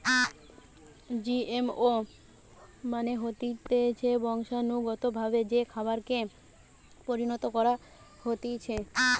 GMO মানে হতিছে বংশানুগতভাবে যে খাবারকে পরিণত করা হতিছে